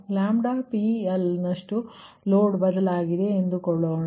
PL ನಷ್ಟು load ಬದಲಾಗಿದೆ ಎಂದುಕೊಳ್ಳೋಣ